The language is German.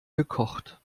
gekocht